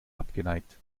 abgeneigt